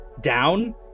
down